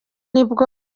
nibwo